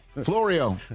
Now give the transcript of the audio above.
Florio